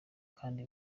kandi